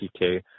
PK